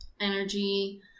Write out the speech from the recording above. energy